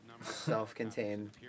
self-contained